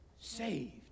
saved